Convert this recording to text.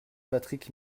patrick